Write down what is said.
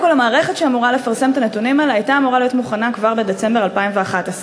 נא לתת לסיים לסגן השר, ואחרי